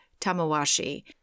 Tamawashi